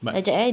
but